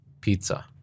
pizza